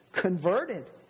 converted